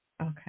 Okay